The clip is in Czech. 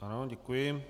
Ano, děkuji.